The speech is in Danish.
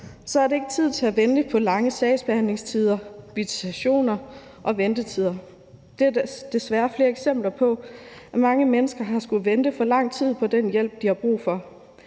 så er der ikke tid til at vente på lange sagsbehandlingstider, visitationer og ventetider. Der er desværre flere eksempler på, at mange mennesker har skullet vente for lang tid på den hjælp, de har brug for.